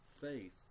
faith